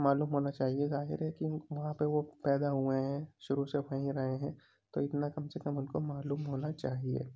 معلوم ہونا چاہیے ظاہر ہے کہ وہاں پہ وہ پیدا ہوئے ہیں شروع سے وہیں رہے ہیں تو اتنا کم سے کم ان کو معلوم ہونا چاہیے